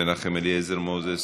מנחם אליעזר מוזס